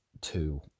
two